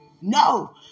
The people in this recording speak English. No